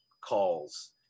calls